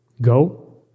Go